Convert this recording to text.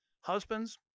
Husbands